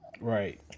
Right